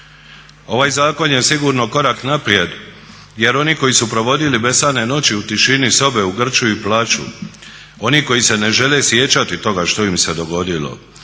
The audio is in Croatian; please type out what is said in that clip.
Ovaj zakon je sigurno korak naprijed jer oni koji su provodili besane noći u tišini sobe u grču i plaću, oni koji se ne žele sjećati toga što im se dogodilo,